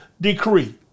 decree